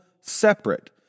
separate